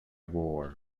war